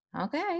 okay